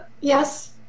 yes